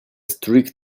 strict